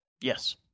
Yes